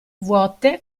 vuote